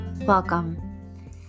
Welcome